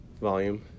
volume